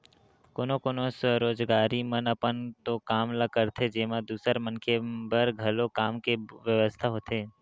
कोनो कोनो स्वरोजगारी मन अपन तो काम ल करथे जेमा दूसर मनखे बर घलो काम के बेवस्था होथे